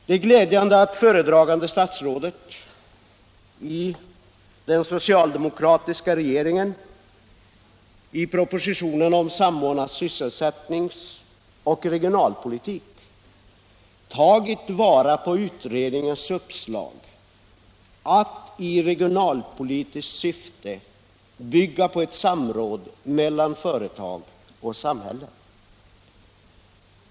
Det är glädjande att föredragande statsrådet i den socialdemokratiska regeringen i propositionen om samordnad sysselsättnings och regionalpolitik har tagit fasta på utredningens uppslag att i regionalpolitiskt syfte bygga på ett samråd mellan företag och samhälle.